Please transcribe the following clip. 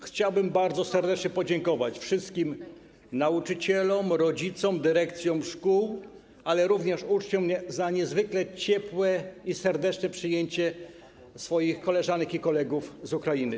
Chciałbym bardzo serdecznie podziękować wszystkim nauczycielom, rodzicom, dyrekcjom szkół, ale również uczniom za niezwykle ciepłe i serdeczne przyjęcie koleżanek i kolegów z Ukrainy.